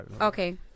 Okay